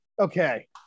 Okay